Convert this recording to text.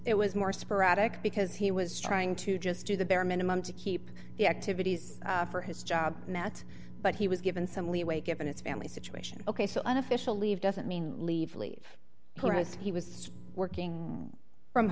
it was more sporadic because he was trying to just do the bare minimum to keep the activities for his job and that but he was given some leeway given his family situation ok so unofficial leave doesn't mean leave leave him as he was working from